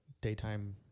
daytime